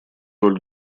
роль